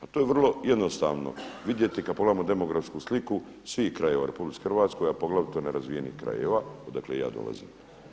A to je vrlo jednostavno, vidjeti kada pogledamo demografsku sliku svih krajeva u RH a poglavito nerazvijenih krajeva, odakle i ja dolazim.